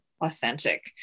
authentic